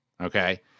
okay